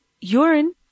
urine